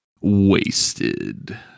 Wasted